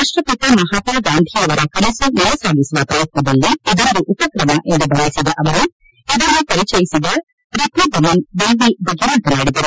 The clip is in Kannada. ರಾಷ್ಟ್ರಪಿತ ಮಹಾತ್ಮ ಗಾಂಧಿಯವರ ಕನಸು ನನಸಾಗಿಸುವ ಪ್ರಯತ್ನದಲ್ಲಿ ಇದೊಂದು ಉಪಕ್ರಮ ಎಂದು ಬಣ್ಣಿಸಿದ ಅವರು ಈ ಉಪಕ್ರಮವನ್ನು ಪರಿಚಯಿಸಿದ ರಿಪುದಮನ್ ಬೆಲ್ಲಿ ಬಗ್ಗೆ ಮಾತನಾಡಿದರು